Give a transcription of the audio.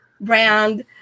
brand